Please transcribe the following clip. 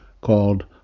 called